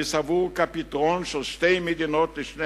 אני סבור כי הפתרון של שתי מדינות לשני